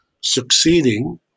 succeeding